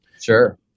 Sure